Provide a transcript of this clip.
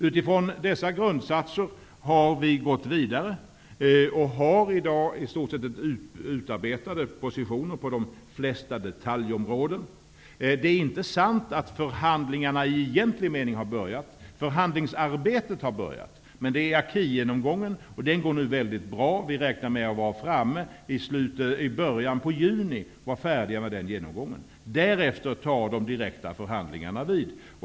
Utifrån dessa grundsatser har vi gått vidare och har i dag i stort sett utarbetade positioner på de flesta detaljområden. Det är inte sant att förhandlingarna i egentlig mening har börjat. Förhandlingsarbetet har börjat. Acquis-genomgången går nu mycket bra. Vi räknar med att vara färdiga med den genomgången i början av juni. Därefter tar de direkta förhandlingarna vid.